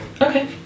Okay